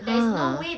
ha